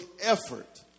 effort